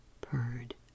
purred